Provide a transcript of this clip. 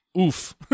Oof